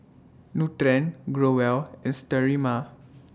Nutren Growell and Sterimar